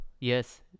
Yes